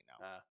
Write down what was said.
now